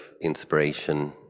inspiration